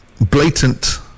blatant